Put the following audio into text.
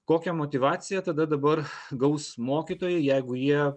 kokią motyvaciją tada dabar gaus mokytojai jeigu jie